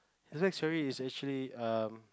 his back story is actually um